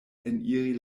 eniri